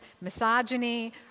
misogyny